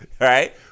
right